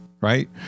Right